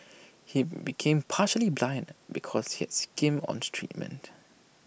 he became partially blind because he had skimmed on treatment